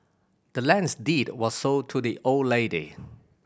the land's deed was sold to the old lady